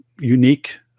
unique